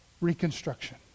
reconstruction